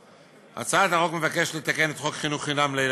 משרדך, משרד הנגב והגליל,